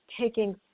taking